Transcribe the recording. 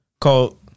called